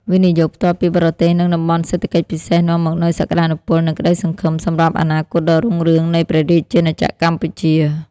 វិនិយោគផ្ទាល់ពីបរទេស និង តំបន់សេដ្ឋកិច្ចពិសេស នាំមកនូវសក្ដានុពល និងក្ដីសង្ឃឹមសម្រាប់អនាគតដ៏រុងរឿងនៃព្រះរាជាណាចក្រកម្ពុជា។